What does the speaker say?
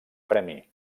premi